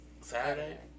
Saturday